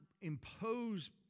impose